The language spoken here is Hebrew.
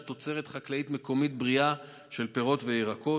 תוצרת חקלאית מקומית בריאה של פירות וירקות,